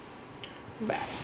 but